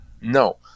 No